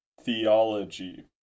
Theology